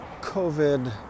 COVID